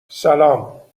سلام